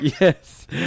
Yes